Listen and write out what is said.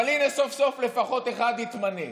אבל הינה, סוף-סוף לפחות אחד יתמנה.